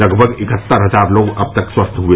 लगभग इकहत्तर हजार लोग अब तक स्वस्थ हुए